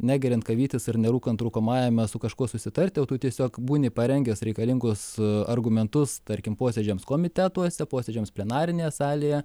negeriant kavytės ir nerūkant rūkomajame su kažkuo susitarti o tu tiesiog būni parengęs reikalingus argumentus tarkim posėdžiams komitetuose posėdžiams plenarinėje salėje